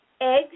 eggs